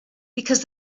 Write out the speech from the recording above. because